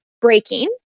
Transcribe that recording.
breaking